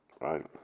right